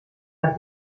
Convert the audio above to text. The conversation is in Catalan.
per